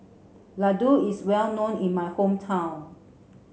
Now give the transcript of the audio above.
Laddu is well known in my hometown